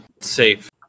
safe